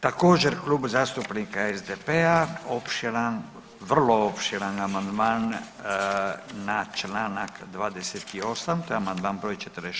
Također Klub zastupnika SDP-a opširan, vrlo opširan amandman na čl. 28., to je amandman br. 46.